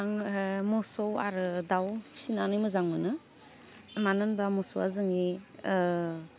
आंहो मोसौआरो दाउ फिनानै मोजां मोनो मानो होनबा मोसौआ जोंनि ओह